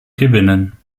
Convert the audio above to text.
gewinnen